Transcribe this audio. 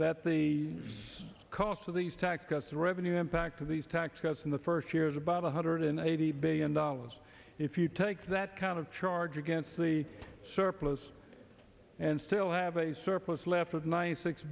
that the cost of these tax cuts the revenue impact of these tax cuts in the first year is about one hundred eighty billion dollars if you take that kind of charge against the surplus and still have a surplus left of my six